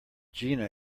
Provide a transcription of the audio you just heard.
gina